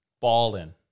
Ballin